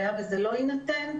היה וזה לא יינתן,